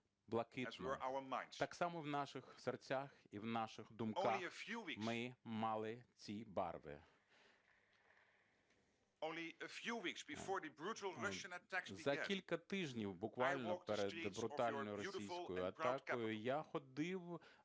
Так само в наших серцях і в наших думках ми мали ці барви. За кілька тижнів, буквально перед брутальною російською атакою, я ходив чарівними